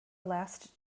last